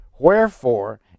Wherefore